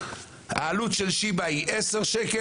העלות של שיבא היא עשרה שקלים.